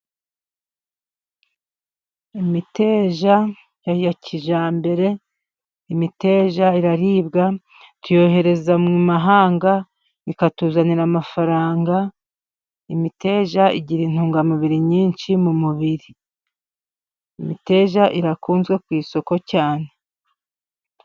Imiteja ya kijyambere, imiteja iraribwa, tuyohereza mu mahanga ikatuzanira amafaranga, imiteja igira intungamubiri nyinshi mu mubiri. Imiteja irakunzwe ku isoko cyane.